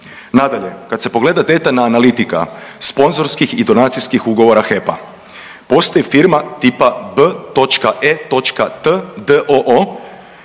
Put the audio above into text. Nadalje, kad se pogleda detaljna analitika sponzorskih i donacijskih ugovora HEP-a postoji firma tipa B.e.t.